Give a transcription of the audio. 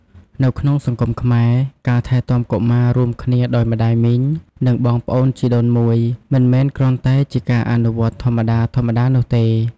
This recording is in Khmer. នៅក្នុងសង្គមខ្មែរ ការថែទាំកុមាររួមគ្នាដោយម្ដាយមីង និងបងប្អូនជីដូនមួយ មិនមែនគ្រាន់តែជាការអនុវត្តន៍ធម្មតាៗនោះទេ។